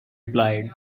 replied